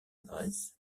adresse